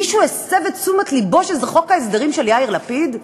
מישהו הסב את תשומת לבו שזה חוק ההסדרים של יאיר לפיד?